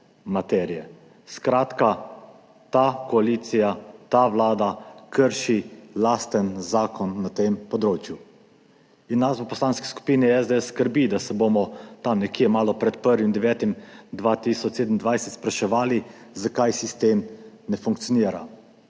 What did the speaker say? materije. Skratka, ta koalicija, ta vlada krši lasten zakon na tem področju. Nas v Poslanski skupini SDS skrbi, da se bomo tam nekje malo pred 1. 9. 2027 spraševali, zakaj sistem ne funkcionira.